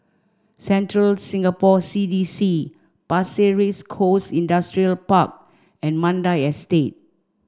Central Singapore C D C Pasir Ris Coast Industrial Park and Mandai Estate